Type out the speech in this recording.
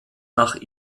nach